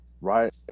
right